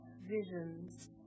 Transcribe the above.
visions